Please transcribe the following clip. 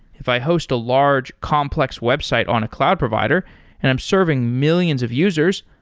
if i host a large complex website on a cloud provider and i'm serving millions of users,